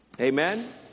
amen